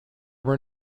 were